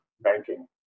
banking